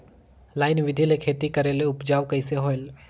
Line बिधी ले खेती करेले उपजाऊ कइसे होयल?